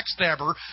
Backstabber